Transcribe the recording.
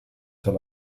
zur